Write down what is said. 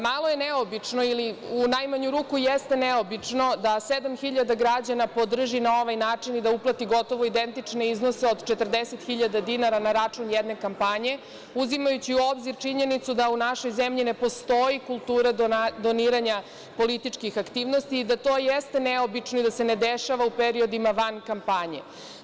Malo je neobično ili u najmanju ruku jeste neobično, da 7.000 građana podrži na ovaj način i da uplati gotovo identične iznose od 40 hiljada dinara na račun jedne kampanje, uzimajući u obzir činjenicu da u našoj zemlji ne postoji kultura doniranja političkih aktivnosti i da to jeste neobično i da se ne dešava u periodima van kampanje.